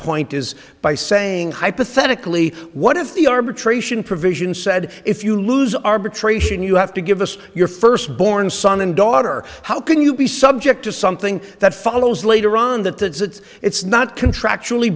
point is by saying hypothetically what if the arbitration provision said if you lose arbitration you have to give us your firstborn son and daughter how can you be subject to something that follows later on that that suits it's not contractually